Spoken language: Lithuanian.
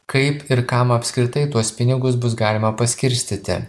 kaip ir kam apskritai tuos pinigus bus galima paskirstyti